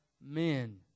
men